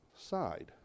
side